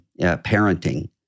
parenting